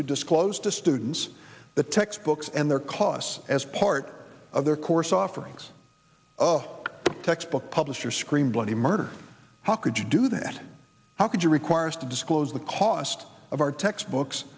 to disclose to students the textbooks and their costs as part of their course offerings textbook publishers scream bloody murder how could you do that how could you require us to disclose the cost of our textbooks